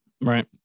Right